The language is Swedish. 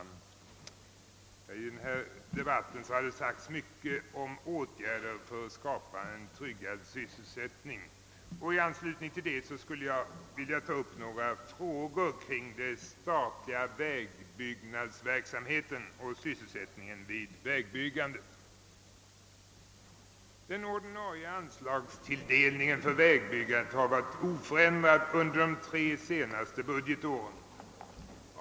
Herr talman! I denna debatt har det sagts mycket om åtgärder för att skapa en tryggad sysselsättning. I anslutning därtill skulle jag vilja ta upp några frågor kring den statliga vägbyggnadsverksamheten och sysselsättningen vid vägbyggande. Den ordinarie anslagstilldelningen för vägbyggandet har varit oförändrad under de tre senaste budgetåren.